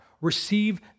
Receive